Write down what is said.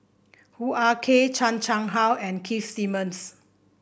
Hoo Ah Kay Chan Chang How and Keith Simmons